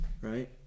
Right